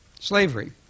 Slavery